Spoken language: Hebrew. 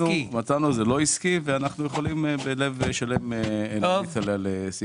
2023000496 שאנחנו רוצים לאשר באישור מוסדות